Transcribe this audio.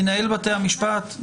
מנהל בתי המשפט?